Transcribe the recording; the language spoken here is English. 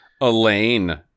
Elaine